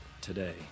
today